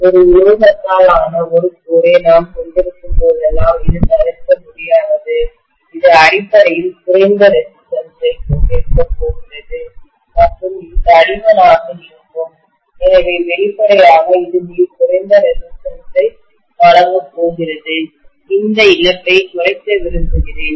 ஒரு உலோகத்தால் ஆன ஒரு கோரை நான் கொண்டிருக்கும்போதெல்லாம் இது தவிர்க்க முடியாதது இது அடிப்படையில் குறைந்த ரெசிஸ்டன்ஸ் ஐக் கொண்டிருக்கப் போகிறது மற்றும் இது தடிமனாக இருக்கும் எனவே வெளிப்படையாக இது மிகக் குறைந்த ரெசிஸ்டன்ஸ் ஐ வழங்கப் போகிறது இந்த இழப்பைக் குறைக்க விரும்புகிறேன்